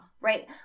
right